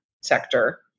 sector